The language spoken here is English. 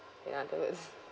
ya that was